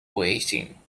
weighting